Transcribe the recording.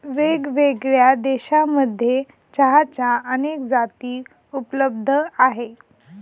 वेगळ्यावेगळ्या देशांमध्ये चहाच्या अनेक जाती उपलब्ध आहे